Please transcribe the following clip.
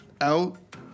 out